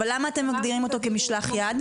אבל למה אתם מגדירים אותו כמשלח יד?